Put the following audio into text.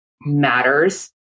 matters